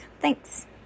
Thanks